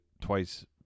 twice